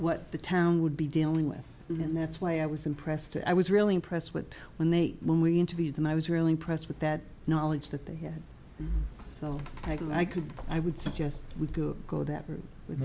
what the town would be dealing with and that's why i was impressed i was really impressed with when they when we interviewed and i was really impressed with that knowledge that they had so i could i would suggest we go go that route with